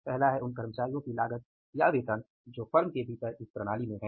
पहला है उन कर्मचारियों की लागत या वेतन जो फर्म के भीतर इस प्रणाली में हैं